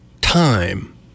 time